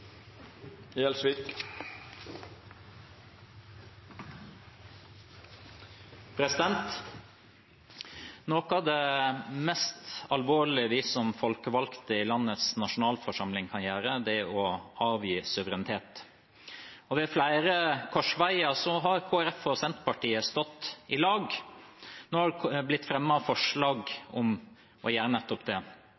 Noe av det mest alvorlige vi som folkevalgte i landets nasjonalforsamling kan gjøre, er å avgi suverenitet. Ved flere korsveier har Kristelig Folkeparti og Senterpartiet stått sammen når det har blitt fremmet forslag om å gjøre nettopp det,